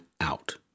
out